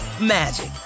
magic